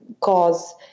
cause